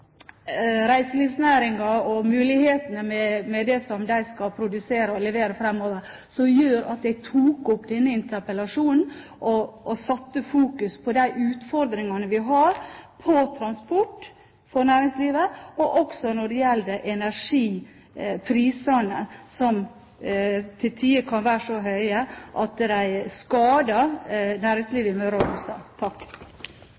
reiselivsnæringen og mulighetene med det som skal produseres og leveres framover, som gjorde at jeg tok opp denne interpellasjonen, og fokuserte på de utfordringene vi har når det gjelder transport for næringslivet, og også når det gjelder energipriser, som til tider kan være så høye at de